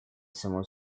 саму